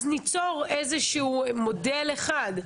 ואז ניצור איזשהו מודל אחד.